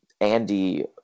Andy